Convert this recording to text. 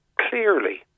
clearly